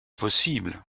possible